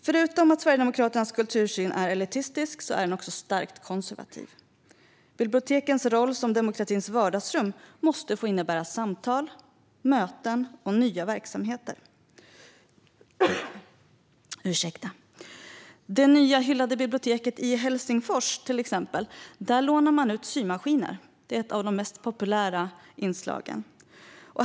Förutom att Sverigedemokraternas kultursyn är elitistisk är den starkt konservativ. Bibliotekens roll som demokratins vardagsrum måste få innebära samtal, möten och nya verksamheter. Det hyllade nya biblioteket i Helsingfors lånar till exempel ut symaskiner, som är ett av de mest populära inslagen.